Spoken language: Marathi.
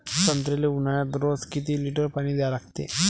संत्र्याले ऊन्हाळ्यात रोज किती लीटर पानी द्या लागते?